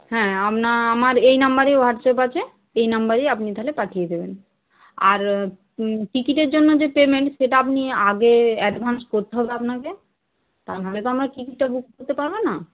হ্যাঁ আপনার আমার এই নাম্বারে হোয়াটস্যাপ আছে এই নাম্বারেই আপনি তাহলে পাঠিয়ে দেবেন আর টিকিটের জন্য যে পেমেন্ট সেটা আপনি আগে অ্যাডভান্স করতে হবে আপনাকে তা না হলে তো আমরা টিকিটটা বুক করতে পারব না